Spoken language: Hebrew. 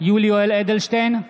יולי יואל אדלשטיין,